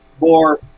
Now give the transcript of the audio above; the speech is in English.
more –